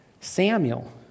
Samuel